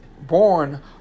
born